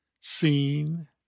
seen